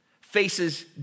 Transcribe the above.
faces